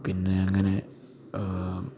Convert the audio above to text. പിന്നെ അങ്ങനെ